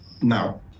Now